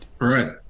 right